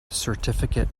certificate